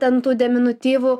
ten tų deminutyvų